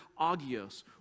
agios